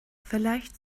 vielleicht